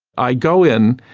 i go in,